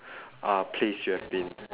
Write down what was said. uh place you have been